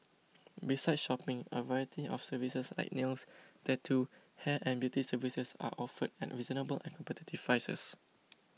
besides shopping a variety of services like nails tattoo hair and beauty services are offered at reasonable and competitive prices